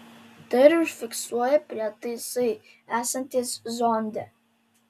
tai ir užfiksuoja prietaisai esantys zonde